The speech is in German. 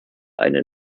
eine